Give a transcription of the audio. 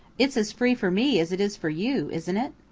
it's as free for me as it is for you, isn't it?